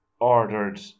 ordered